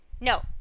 No